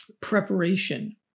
preparation